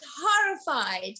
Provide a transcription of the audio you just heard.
horrified